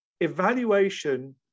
evaluation